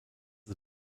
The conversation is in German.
ist